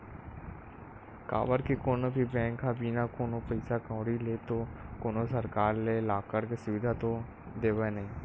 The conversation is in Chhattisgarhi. काबर के कोनो भी बेंक ह बिना कोनो पइसा कउड़ी ले तो कोनो परकार ले लॉकर के सुबिधा तो देवय नइ